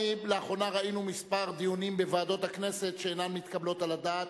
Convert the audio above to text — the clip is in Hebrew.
לאחרונה ראינו כמה דיונים בוועדות הכנסת שאינם מתקבלים על הדעת,